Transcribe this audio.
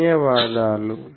ధన్యవాదాలు